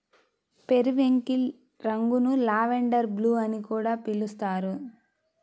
periwinkle రంగును lavender blue అని కూడా పిలుస్తారు